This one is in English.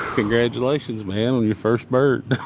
congratulations, man, on your first bird,